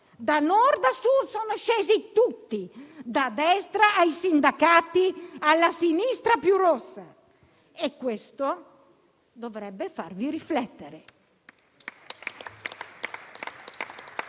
da Nord a Sud; sono scesi tutti: da destra ai sindacati alla sinistra più rossa, e questo dovrebbe farvi riflettere.